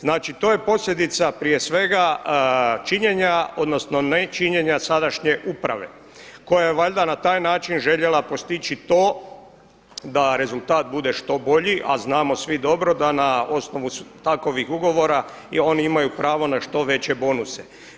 Znači to je posljedica prije svega činjenja odnosno nečinjenja sadašnje uprave koja je valjda na taj način željela postići to da rezultat bude što bolji, a znamo svi dobro da na osnovu takovih ugovora oni imaju pravo na što veće bonuse.